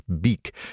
beak